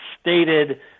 stated